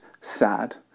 sad